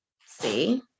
See